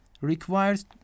requires